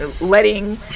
letting